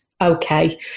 okay